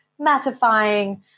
mattifying